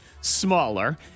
smaller